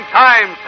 time